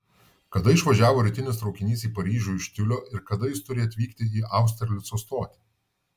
kada išvažiavo rytinis traukinys į paryžių iš tiulio ir kada jis turi atvykti į austerlico stotį